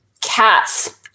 Cats